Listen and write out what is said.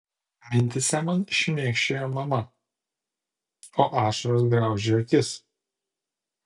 mintyse man šmėkščioja mama o ašaros graužia akis